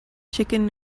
chicken